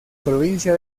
provincia